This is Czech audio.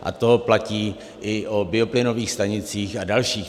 A to platí i o bioplynových stanicích a dalších.